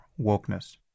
wokeness